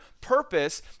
purpose